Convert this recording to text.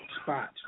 spot